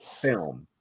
film